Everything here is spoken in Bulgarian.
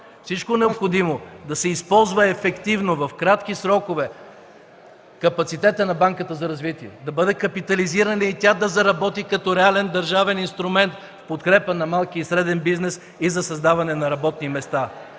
всичко необходимо да се използва ефективно, в кратки срокове капацитетът на Банката за развитие, да бъде капитализирана и да заработи като реален държавен инструмент в подкрепа на малкия и среден бизнес и за създаване на работни места.